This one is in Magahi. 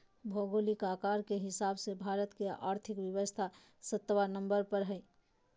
भौगोलिक आकार के हिसाब से भारत के और्थिक व्यवस्था सत्बा नंबर पर हइ